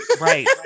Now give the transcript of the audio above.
Right